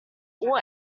all